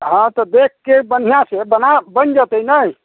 हँ तऽ देखके बढ़िऑं सऽ बना बैन जेतै ने